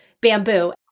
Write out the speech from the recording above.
bamboo